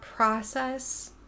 process